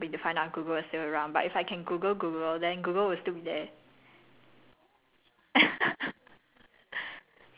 but then that like a bit counter intuitive cause if I google google the purpose will be to find google is still around but if I can google google then google will still be there